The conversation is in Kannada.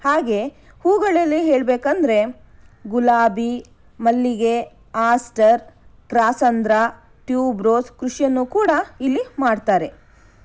ಹಾಗೇ ಹೂಗಳಲ್ಲಿ ಹೇಳಬೇಕೆಂದರೆ ಗುಲಾಬಿ ಮಲ್ಲಿಗೆ ಆಸ್ಟರ್ ಕ್ರಾಸಂದ್ರ ಟ್ಯೂಬ್ರೋಸ್ ಕೃಷಿಯನ್ನು ಕೂಡ ಇಲ್ಲಿ ಮಾಡ್ತಾರೆ